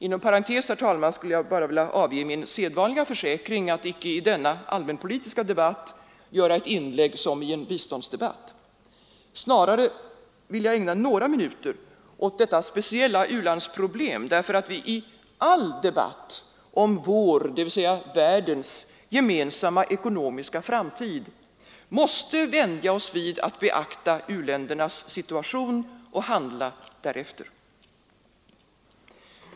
Här önskar jag inom parentes avge min sedvanliga försäkran att icke i denna allmänpolitiska debatt göra ett inlägg som i en biståndsdebatt. Snarare vill jag ägna några minuter åt detta speciella problem därför att vi i all debatt om vår, dvs. världens, gemensamma ekonomiska framtid, måste vänja oss vid att beakta u-ländernas situation och handla därefter.